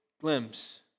glimpse